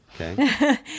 Okay